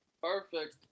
perfect